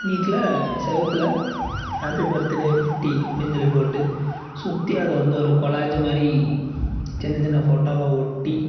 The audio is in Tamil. வீட்டில் செவுத்தில் ஹேப்பி பர்த்டே ஃபிஃப்டி அப்டின்னு சொல்லி போட்டு சுற்றி அதை வந்து ஒரு கொலாஜு மாதிரி சின்ன சின்ன ஃபோட்டோவாக ஒட்டி